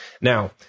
Now